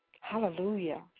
Hallelujah